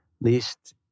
least